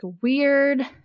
weird